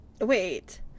Wait